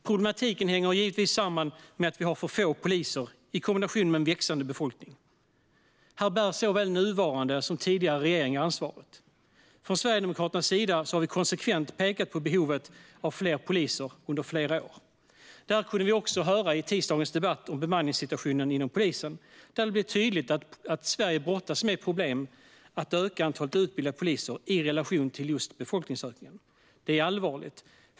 Problematiken hänger givetvis samman med att vi har för få poliser i kombination med en växande befolkning. För detta bär såväl nuvarande som tidigare regeringar ansvaret. Från Sverigedemokraternas sida har vi under flera år konsekvent pekat på behovet av fler poliser. Detta kunde vi också höra i tisdagens debatt om bemanningssituationen inom polisen, där det blev tydligt att Sverige brottas med problemet att öka antalet utbildade poliser i relation till just befolkningsökningen. Det är allvarligt.